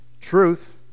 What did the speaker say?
truth